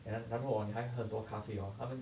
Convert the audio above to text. and 然后 hor 你还喝很多咖啡 hor 他们